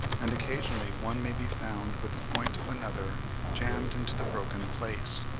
and occasionally one may be found with the point of another jammed into the broken place.